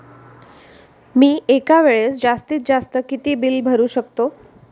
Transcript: मी एका वेळेस जास्तीत जास्त किती बिल भरू शकतो?